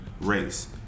race